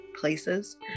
places